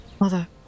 Mother